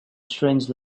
strange